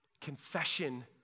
confession